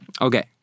Okay